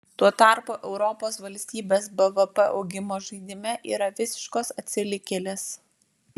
tuo tarpu europos valstybės bvp augimo žaidime yra visiškos atsilikėlės